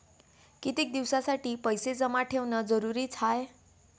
कितीक दिसासाठी पैसे जमा ठेवणं जरुरीच हाय?